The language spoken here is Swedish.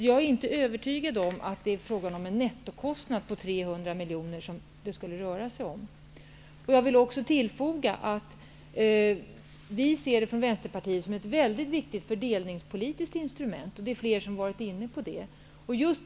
Jag är inte övertygad om att det är en nettokostnad på 300 miljoner det skulle röra sig om. Jag vill också tillfoga att vi från Vänsterpartiet ser detta som ett väldigt viktigt fördelningspolitiskt instrument. Det är flera som har varit inne på det.